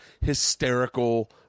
hysterical